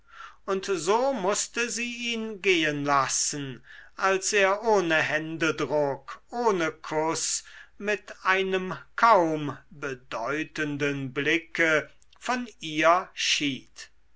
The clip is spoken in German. und so mußte sie ihn gehen lassen als er ohne händedruck ohne kuß mit einem kaum bedeutenden blicke von ihr schied